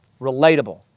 Relatable